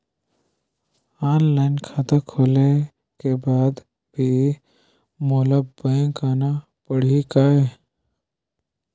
Online खाता खोले के बाद भी मोला बैंक आना पड़ही काय?